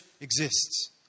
exists